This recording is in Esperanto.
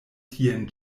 tien